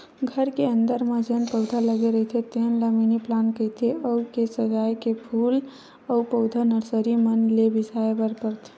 घर के अंदर म जेन पउधा लगे रहिथे तेन ल मिनी पलांट कहिथे, घर के सजाए के फूल अउ पउधा नरसरी मन ले बिसाय बर परथे